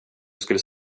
skulle